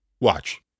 Watch